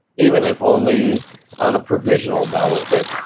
even if only on a provisional ballot that